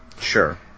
Sure